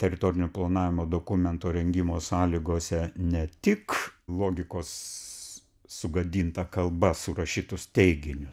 teritorinio planavimo dokumento rengimo sąlygose ne tik logikos sugadinta kalba surašytus teiginius